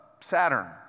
Saturn